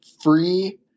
free